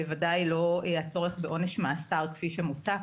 בוודאי לא הצורך בעונש מאסר כפי שמוצע.